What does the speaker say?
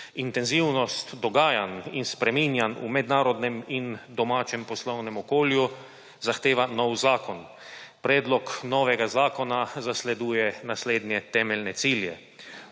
Intenzivnost dogajanj in spreminjanj v mednarodnem in domačem poslovnem okolju zahteva nov zakon. Predlog novega zakona zasleduje naslednje temeljne cilje: